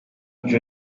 mico